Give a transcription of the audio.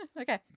Okay